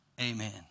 Amen